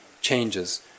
changes